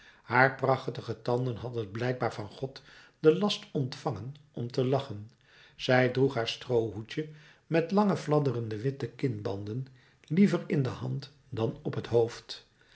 haar prachtige tanden hadden blijkbaar van god den last ontvangen om te lachen zij droeg haar stroohoedje met lange fladderende witte kinbanden liever in de hand dan op het hoofd